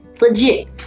Legit